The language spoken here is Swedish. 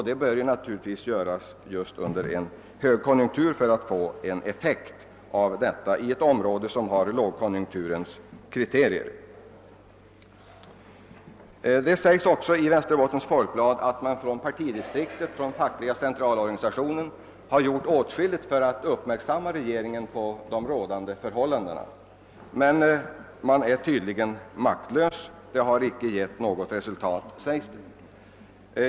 Det bör naturligtvis göras just under en högkonjunktur för att få en effekt i ett område som har lågkonjunkturens kriterier. Det sägs också i Västerbottens Folkblad att man vid FCO-sammankomster och från partidistriktet har gjort åtskilligt för att fästa regeringens uppmärksamhet på de rådande förhållandena, men man är tydligen maktlös. Det sägs att det inte givit något resultat.